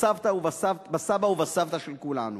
בסבא ובסבתא של כולנו,